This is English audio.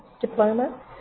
diploma